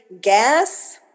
gas